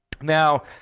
Now